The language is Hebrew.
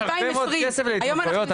המדינה יש הרבה מאוד כסף להתמכרויות,